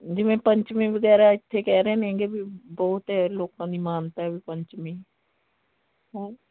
ਜਿਵੇਂ ਪੰਚਮੀ ਵਗੈਰਾ ਇੱਥੇ ਕਹਿ ਰਹੇ ਨੇਗੇ ਵੀ ਬਹੁਤ ਲੋਕਾਂ ਦੀ ਮਾਨਤਾ ਵੀ ਪੰਚਮੀ ਹੈਂ